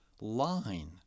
line